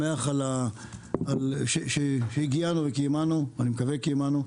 אני שמח שהגיעו וקיימנו מקווה קיימנו.